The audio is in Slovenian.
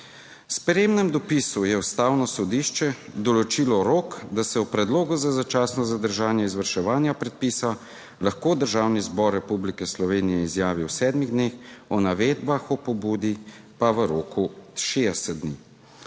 spremnem dopisu je Ustavno sodišče določilo rok, da se o predlogu za začasno zadržanje izvrševanja predpisa lahko Državni zbor Republike Slovenije izjavi v 7 dneh, o navedbah v pobudi pa v roku 60 dni;